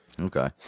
Okay